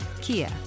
Kia